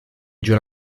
duels